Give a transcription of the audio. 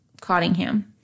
Cottingham